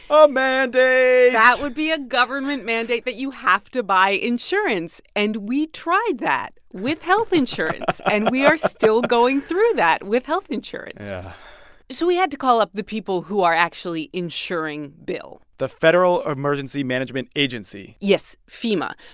um a mandate that would be a government mandate that you have to buy insurance. and we tried that with health insurance and we are still going through that with health insurance yeah so we had to call up the people who are actually insuring bill the federal emergency management agency yes, fema.